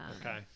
Okay